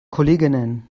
kolleginnen